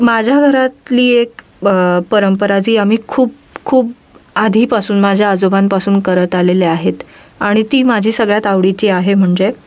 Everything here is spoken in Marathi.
माझ्या घरातली एक परंपरा जी आम्ही खूप खूप आधीपासून माझ्या आजोबांपासून करत आलेले आहेत आणि ती माझी सगळ्यात आवडीची आहे म्हणजे